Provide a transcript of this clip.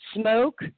Smoke